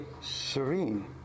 serene